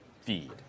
feed